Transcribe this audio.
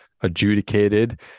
adjudicated